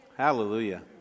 Hallelujah